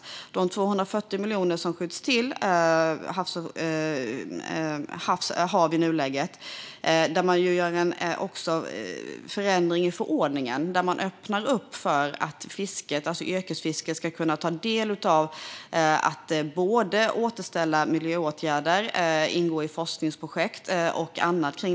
Förutom de 240 miljoner som nu skjuts till HaV gör man en förändring i förordningen och öppnar för att yrkesfisket ska kunna ta del i återställande miljöåtgärder, ingå i forskningsprojekt och annat.